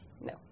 No